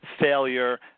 failure